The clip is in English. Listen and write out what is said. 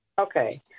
Okay